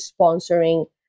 sponsoring